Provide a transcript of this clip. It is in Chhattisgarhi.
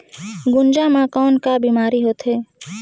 गुनजा मा कौन का बीमारी होथे?